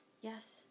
Yes